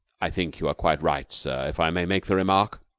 i think you are quite right, sir if i may make the remark.